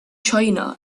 china